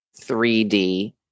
3D